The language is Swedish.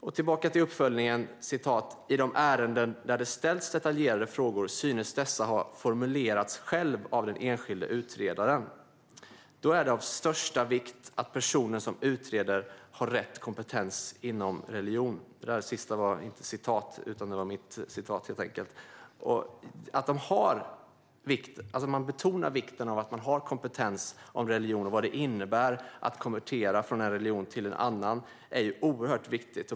Återigen i uppföljningen står det att i de ärenden där det ställs detaljerade frågor synes dessa ha formulerats själv av den enskilde utredaren. Då anser jag att det är av största vikt att personen som utreder har rätt kompetens inom religion. Migrationsverket betonar vikten av kompetens om religion och vad det innebär att konvertera från en religion till en annan. Det är oerhört viktigt.